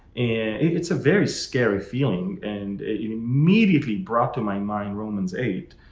it's a very scary feeling, and immediately brought to my mind romans eight,